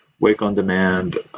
Wake-on-Demand